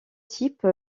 type